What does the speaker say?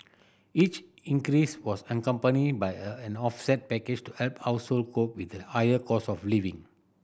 each increase was accompanied by a an offset package to help household cope with the higher cost of living